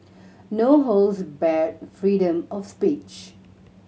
no holds barred freedom of speech